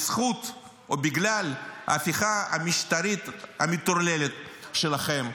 בזכות או בגלל ההפיכה המשטרית המטורללת שלכם,